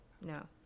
no